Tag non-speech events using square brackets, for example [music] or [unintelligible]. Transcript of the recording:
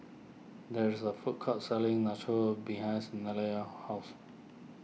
there is a food court selling Nachos behinds [unintelligible] house